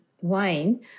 wine